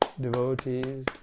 devotees